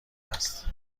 است